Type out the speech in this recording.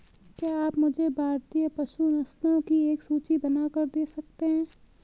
क्या आप मुझे भारतीय पशु नस्लों की एक सूची बनाकर दे सकते हैं?